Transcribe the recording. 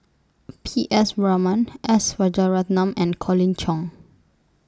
P S Raman S Rajaratnam and Colin Cheong